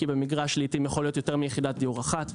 כי במגרש יכולה להיות לעתים יותר מיחידת דיור אחת,